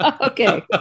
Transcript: Okay